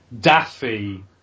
daffy